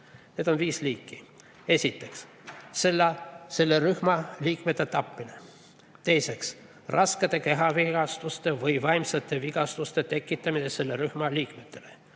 Neid on viis liiki. Esiteks, selle rühma liikmete tapmine. Teiseks, raskete kehavigastuste või vaimsete vigastuste tekitamine selle rühma liikmetele.